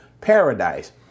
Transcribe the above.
paradise